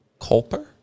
Culper